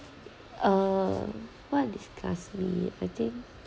uh what disgusts me I think